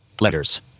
letters